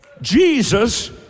Jesus